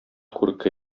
күрке